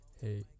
hey